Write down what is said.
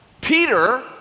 Peter